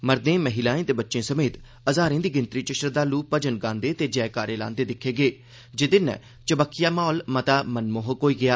मर्दे जनानिएं ते बच्चें समेत हजारें दी गिनत्री च श्रद्धालुए भजन गांदे ते जयकारे लांदे दिक्खे गेए जेदे नै चबक्खिया माहोल मता मनमोहक होई गेया